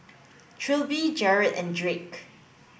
Trilby Jered and Drake